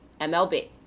MLB